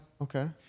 Okay